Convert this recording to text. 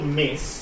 miss